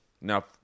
now